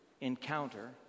encounter